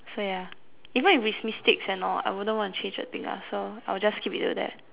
so ya even if it's mistakes and all I wouldn't want to change a thing lah so I'll just keep it to that